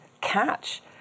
catch